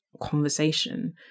conversation